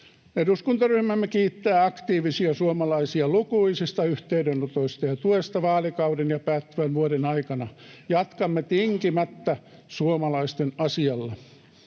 Eduskuntaryhmämme kiittää aktiivisia suomalaisia lukuisista yhteydenotoista ja tuesta vaalikauden ja päättyvän vuoden aikana. Jatkamme tinkimättä suomalaisten asialla.